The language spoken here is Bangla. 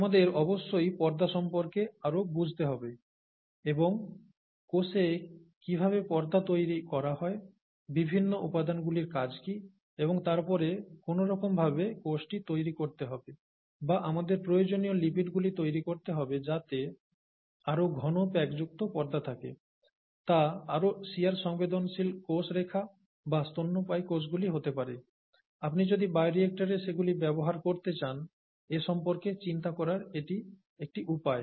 আমাদের অবশ্যই পর্দা সম্পর্কে আরও বুঝতে হবে এবং কোষে কীভাবে পর্দা তৈরি করা হয় বিভিন্ন উপাদানগুলির কাজ কী এবং তারপরে কোনওরকমভাবে কোষটি তৈরি করতে হবে বা আমাদের প্রয়োজনীয় লিপিডগুলি তৈরি করতে হবে যাতে আরও ঘন প্যাকযুক্ত পর্দা থাকে তা আরও শিয়ার সংবেদনশীল কোষ রেখা বা স্তন্যপায়ী কোষগুলি হতে পারে আপনি যদি বায়োরিঅ্যাক্টরে সেগুলি ব্যবহার করতে চান এসম্পর্কে চিন্তা করার এটি একটি উপায়